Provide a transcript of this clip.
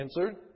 Answered